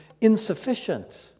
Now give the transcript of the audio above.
insufficient